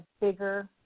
bigger